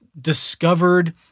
discovered